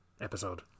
episode